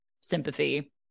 sympathy